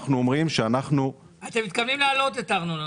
אנחנו אומרים שאנחנו --- אתם מתכוונים להעלות את הארנונה,